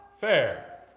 fair